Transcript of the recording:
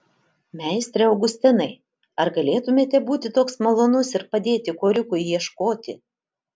meistre augustinai ar galėtumėte būti toks malonus ir padėti korikui ieškoti